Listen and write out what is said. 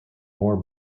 more